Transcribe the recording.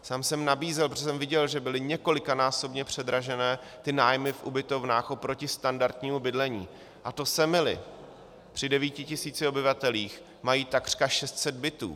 Sám jsem jim nabízel, protože jsem viděl, že byly několikanásobně předražené ty nájmy v ubytovnách oproti standardnímu bydlení, a to Semily při devíti tisících obyvatelích mají takřka 600 bytů.